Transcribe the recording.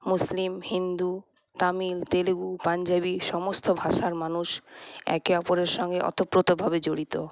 মুসলিম হিন্দু তামিল তেলেগু পাঞ্জাবি সমস্ত ভাষার মানুষ একে অপরের সঙ্গে অতোপ্রতোভাবে জড়িত